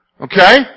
Okay